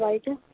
বাড়িটা